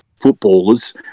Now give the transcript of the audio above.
footballers